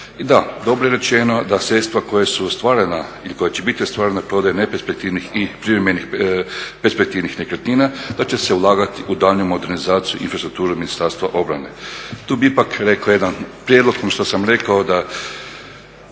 I da, dobro je rečeno da sredstva koja su ostvarena ili koja će biti ostvarena prodajom neperspektivnih i privremenih perspektivnih nekretnina da će se ulagati u daljnju modernizaciju i infrastrukturu Ministarstva obrane. Tu bih ipak rekao jedan prijedlog, ono što sam rekao da